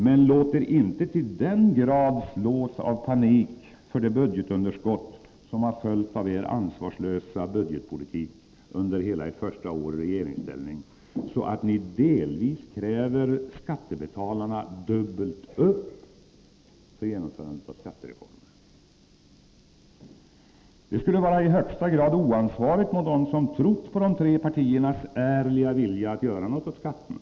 Men låt er inte till den grad slås av panik för det budgetunderskott som har följt av den ansvarslösa budgetpolitiken under hela ert första år i regeringsställning, så att ni delvis kräver skattebetalarna dubbelt upp för genomförandet av skattereformen. Det skulle vara i högsta grad oansvarigt mot dem som trott på de tre partiernas ärliga vilja att göra något åt skatterna.